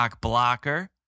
Blocker